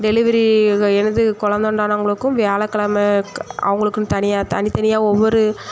delivery என்னது கொழந்த உண்டானவங்களுக்கும் வியாழ கெழம அவங்களுக்குன்னு தனியாக தனித்தனியாக ஒவ்வொரு